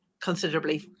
considerably